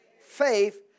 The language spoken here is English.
Faith